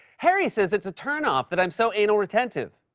harry says it's a turnoff that i'm so anal retentive.